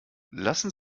lassen